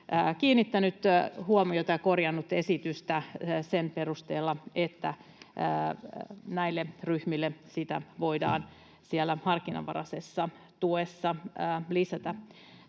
kiinnittänyt huomiota ja korjannut esitystä sen perusteella, että näille ryhmille sitä voidaan siellä harkinnanvaraisessa tuessa lisätä.